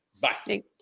Bye